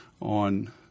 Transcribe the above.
on